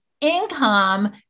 income